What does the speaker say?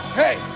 hey